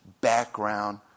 background